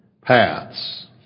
paths